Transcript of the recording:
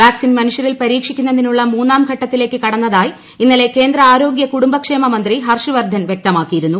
vaccine മനുഷ്യരിൽ പരീക്ഷിക്കുന്നതിനുള്ള മൂന്നാംഘട്ടത്തി ലേക്ക് കടന്നതായി ഇന്നലെ കേന്ദ്ര ആരോഗ്യ കുടുംബക്ഷേമ മന്ത്രി ഹർഷ് വർധൻ വൃക്തമാക്കിയിരുന്നു